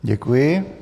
Děkuji.